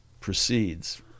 proceeds